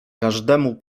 każdemu